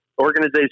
organization